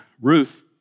Ruth